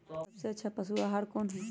सबसे अच्छा पशु आहार कोन हई?